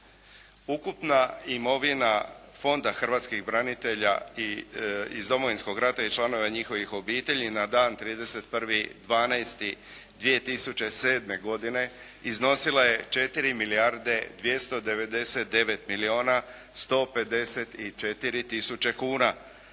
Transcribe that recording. Ukupna imovina Fonda hrvatskih branitelja iz Domovinskog rata i članova njihovih obitelji na dan 31. 12. 2007. godine iznosila je 4 milijarde 299 milijuna 154 tisuće kuna.